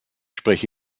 spreche